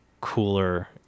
cooler